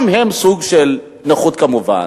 גם הם סוג של נכות, כמובן.